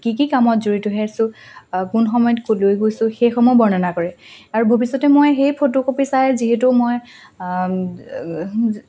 কি কি কামত জড়িত হৈ আছোঁ কোন সময়ত গৈছোঁ সেইসমূহ বৰ্ণনা কৰে আৰু ভৱিষ্যতে মই সেই ফটোকপি চাই যিহেতু মই